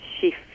shift